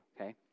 okay